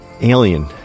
Alien